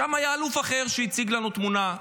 שם היה אלוף אחר שהציג לנו תמונה,